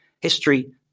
History